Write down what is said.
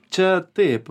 čia taip